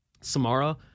Samara